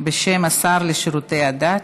בשם השר לשירותי הדת.